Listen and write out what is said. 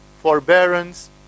forbearance